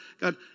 God